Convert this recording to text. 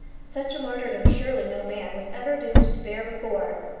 such a martyrdom surely no man was ever doomed to bear before.